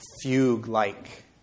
fugue-like